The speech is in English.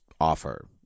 offer